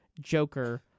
Joker